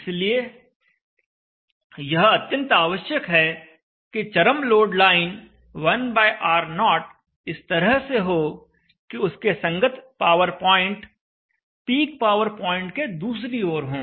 इसलिए यह अत्यंत आवश्यक है कि चरम लोड लाइन 1R0 इस तरह से हो कि उसके संगत power point peak power point के दूसरी ओर हो